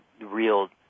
real